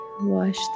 wash